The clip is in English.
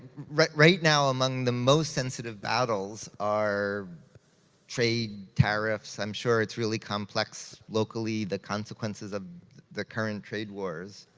right right now, among the most sensitive battles, are trade tariffs. i'm sure it's really complex, locally, the consequences of the current trade wars.